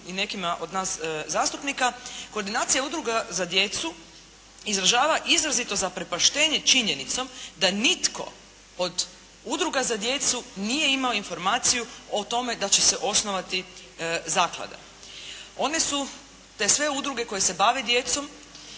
i nekima od nas zastupnika, koordinacija udruga za djecu izražava izrazito zaprepaštenje činjenicom da nitko od udruga za djecu nije imao informaciju o tome da će se osnovati zaklada. One su, te sve udruge koje se bave djecom,